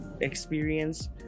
experience